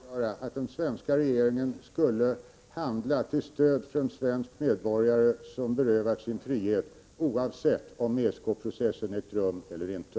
Herr talman! Låt mig bara klargöra att den svenska regeringen skulle handla till stöd för en svensk medborgare som berövats sin frihet oavsett om ESK-processen ägt rum eller inte.